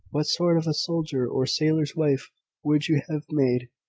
what sort of a soldier's or sailor's wife would you have made?